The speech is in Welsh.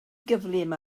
gyflym